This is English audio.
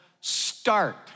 Start